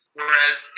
whereas